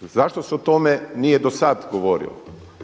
Zašto se o tome nije do sada govorilo?